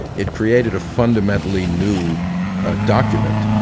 it created a fundamentally new ah document.